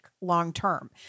long-term